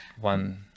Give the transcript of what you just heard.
one